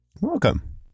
Welcome